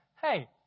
hey